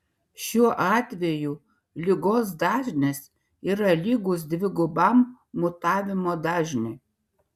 šiuo atveju ligos dažnis yra lygus dvigubam mutavimo dažniui